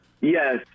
Yes